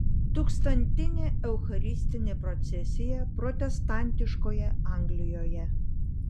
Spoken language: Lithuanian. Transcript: tūkstantinė eucharistinė procesija protestantiškoje anglijoje